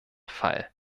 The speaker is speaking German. fall